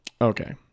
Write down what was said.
okay